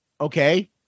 okay